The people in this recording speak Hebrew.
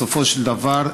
בסופו של דבר,